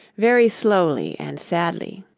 very slowly and sadly